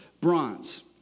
bronze